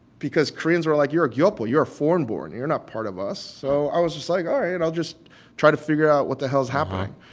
because koreans were like you're a gyopo. you're a foreign-born. you're not part of us. so i was just like, all right, and i'll just try to figure out what the hell's happening.